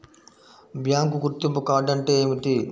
Bank గుర్తింపు card అంటే ఏమిటి?